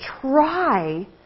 try